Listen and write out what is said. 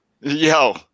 yo